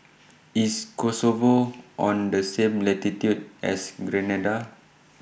IS Kosovo on The same latitude as Grenada